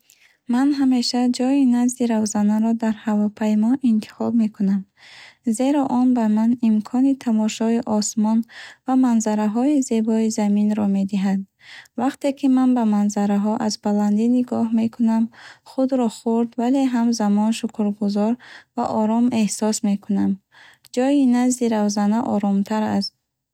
Ман ҳамеша ҷойи назди равзанаро дар ҳавопаймо интихоб мекунам, зеро он ба ман имкони тамошои осмон ва манзараҳои зебои заминро медиҳад. Вақте ки ман ба манзараҳо аз баландӣ нигоҳ мекунам, худро хурд, вале ҳамзамон шукргузор ва ором эҳсос мекунам. Ҷойи назди равзана оромтар аст.